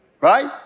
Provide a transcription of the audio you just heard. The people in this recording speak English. right